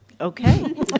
Okay